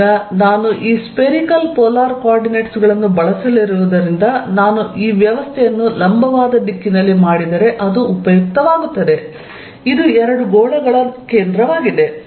ಈಗ ನಾನು ಈ ಸ್ಪೇರಿಕಲ್ ಪೋಲಾರ್ ಕೋರ್ಡಿನೇಟ್ಸ್ ಗಳನ್ನು ಬಳಸಲಿರುವುದರಿಂದ ನಾನು ಈ ವ್ಯವಸ್ಥೆಯನ್ನು ಲಂಬವಾದ ದಿಕ್ಕಿನಲ್ಲಿ ಮಾಡಿದರೆ ಅದು ಉಪಯುಕ್ತವಾಗುತ್ತದೆ ಇದು ಎರಡು ಗೋಳಗಳ ಕೇಂದ್ರವಾಗಿದೆ